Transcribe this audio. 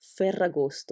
Ferragosto